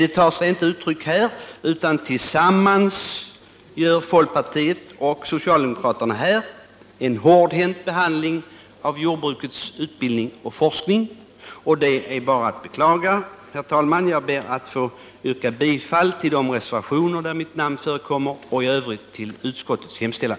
Detta tar sig inte här några uttryck, utan tillsammans ger folkpartiet och socialdemokraterna anslaget till jordbrukets utbildning och forskning en hårdhänt behandling. Detta är bara att beklaga. Herr talman! Jag ber att få yrka bifall till reservationer där mitt namn förekommer och i övrigt till utskottets hemställan.